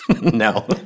No